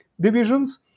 divisions